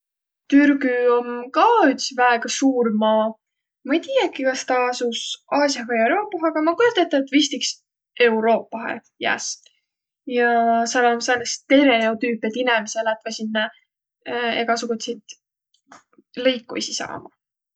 Türgü om ka üts väega suur maa. Ma ei tiiäki, kas taa asus Aasiah vai Euroopah, aga ma kujoda ette, et vist Euroopahe jääs. Ja sääl om sääne stereotüüp, et inemiseq lätväq sinnäq egasugutsit lõikuisi saama.